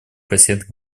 кассетных